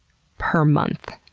per month.